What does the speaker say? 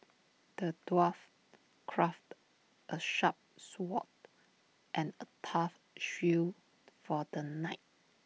the dwarf crafted A sharp sword and A tough shield for the knight